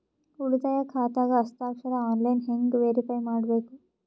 ಉಳಿತಾಯ ಖಾತಾದ ಹಸ್ತಾಕ್ಷರ ಆನ್ಲೈನ್ ಹೆಂಗ್ ವೇರಿಫೈ ಮಾಡಬೇಕು?